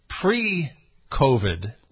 pre-COVID